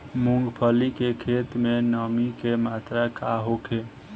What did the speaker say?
मूँगफली के खेत में नमी के मात्रा का होखे?